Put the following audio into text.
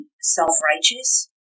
self-righteous